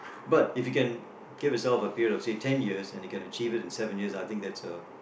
but if you can give yourself a period of say ten years and you can achieve it in seven years I think that's a